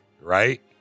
right